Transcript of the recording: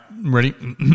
Ready